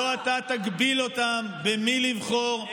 לא אתה תגביל אותם במי לבחור,